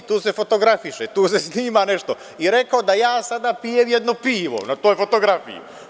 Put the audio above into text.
Tu se fotografiše, tu se snima nešto i rekao sada da ja sada pijem jedno pivo na toj fotografiji.